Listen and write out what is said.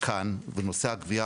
ואת נושא הגבייה